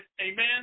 Amen